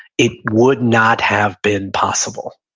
it would not have been possible.